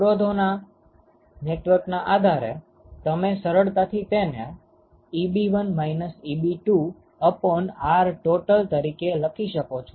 અવરોધોના નેટવર્કના આધારે તમે સરળતાથી તેને Eb1 Eb2Rtot તરીકે લખી શકો છો